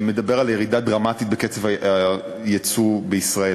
שמדבר על ירידה דרמטית בקצב גידול היצוא של ישראל.